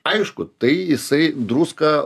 aišku tai jisai druska